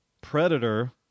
Predator